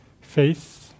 Faith